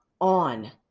on